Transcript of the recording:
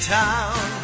town